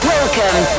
Welcome